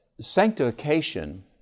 sanctification